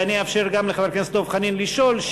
ואני אאפשר גם לחבר הכנסת דב חנין לשאול,